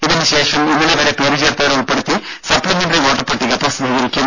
ഇതിന് ശേഷം ഇന്നലെ വരെ പേരു ചേർത്തവരെ ഉൾപ്പെടുത്തി സപ്പിമെന്ററി വോട്ടർപട്ടിക പ്രസിദ്ധീകരിക്കും